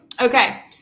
okay